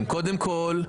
קודם כל,